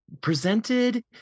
presented